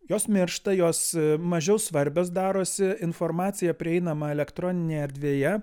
jos miršta jos mažiau svarbios darosi informacija prieinama elektroninėje erdvėje